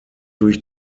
durch